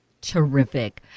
Terrific